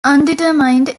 undetermined